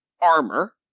armor